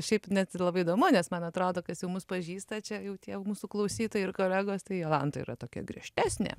šiaip net ir labai įdomu nes man atrodo kas jau mus pažįsta čia jau tie mūsų klausytojai ir kolegos tai jolanta yra tokia griežtesnė